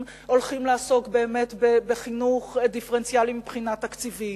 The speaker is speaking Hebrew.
אם הולכים לעסוק באמת בחינוך דיפרנציאלי מבחינה תקציבית,